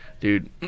dude